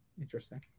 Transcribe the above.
Interesting